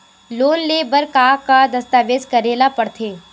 Loan ले बर का का दस्तावेज करेला पड़थे?